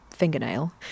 fingernail